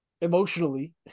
emotionally